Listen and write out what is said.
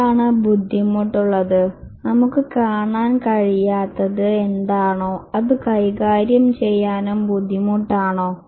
എന്താണ് ബുദ്ധിമുട്ടുള്ളത് നമുക്ക് കാണാൻ കഴിയാത്തത് എന്താണോ അത് കൈകാര്യം ചെയ്യാനും ബുദ്ധിമുട്ടാണോ